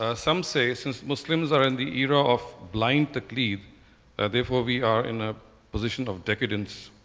ah some say, since muslims are in the era of blind taqleed therefore we are in a position of decadence.